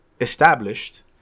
established